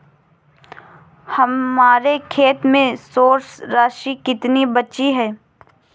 हमारे खाते में शेष राशि कितनी बची है?